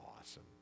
awesome